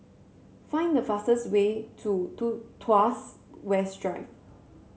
find the fastest way to Tu Tuas West Drive